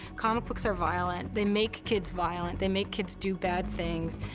comic books are violent. they make kids violent. they make kids do bad things.